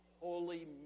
holy